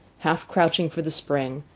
half crouching for the spring,